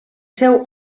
seu